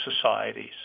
societies